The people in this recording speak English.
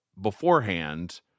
beforehand